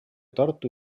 tartu